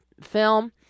film